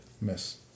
Miss